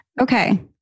Okay